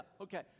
okay